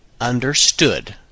understood